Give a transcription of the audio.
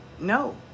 No